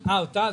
לא אושרה.